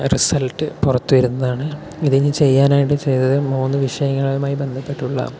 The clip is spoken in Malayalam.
റിസൽട്ട് പുറത്തു വരുന്നതാണ് ഇതിന് ചെയ്യാനായിട്ട് ചെയ്തത് മൂന്ന് വിഷയങ്ങളുമായി ബന്ധപ്പെട്ടുള്ള